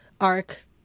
arc